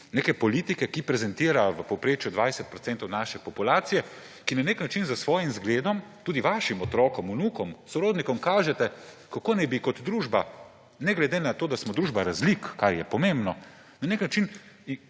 neke politike, ki prezentira v povprečju 20 % naše populacije, ki na nek način z zgledom tudi svojim otrokom, vnukom, sorodnikom kaže, kakšen naj bi kot družba, ne glede na to, da smo družba razlik, kar je pomembno, imeli